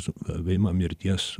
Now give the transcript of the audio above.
sugavimą mirties